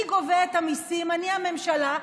אני גובה את המיסים, אני הממשלה.